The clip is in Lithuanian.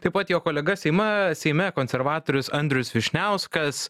taip pat jo kolega seime seime konservatorius andrius vyšniauskas